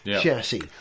chassis